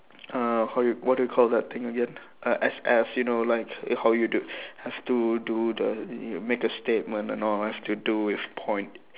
uh how you what do you call that thing again err S_S you know like how you do have to do the you make a statement and all have to do with point